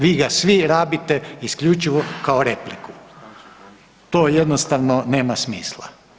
Vi ga svi rabite isključivo kao repliku, to jednostavno nema smisla.